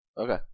Okay